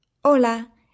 Hola